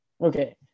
Okay